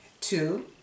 Two